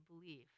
believe